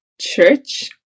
church